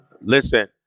Listen